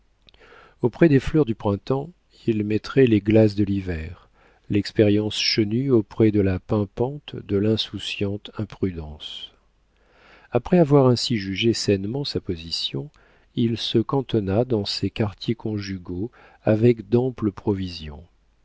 auprès des fleurs du printemps il mettrait les glaces de l'hiver l'expérience chenue auprès de la pimpante de l'insouciante imprudence après avoir ainsi jugé sainement sa position il se cantonna dans ses quartiers conjugaux avec d'amples provisions